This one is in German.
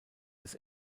des